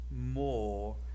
more